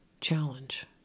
challenge